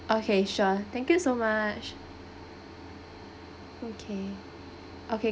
okay sure thank you so much okay okay